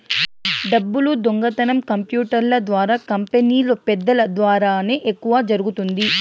డబ్బులు దొంగతనం కంప్యూటర్ల ద్వారా కంపెనీలో పెద్దల ద్వారానే ఎక్కువ జరుగుతుంది